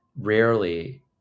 rarely